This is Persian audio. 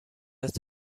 است